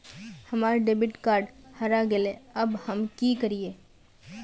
हमर debit card हरा गेले अब हम की करिये?